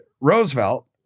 roosevelt